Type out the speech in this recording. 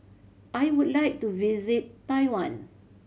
I would like to visit Taiwan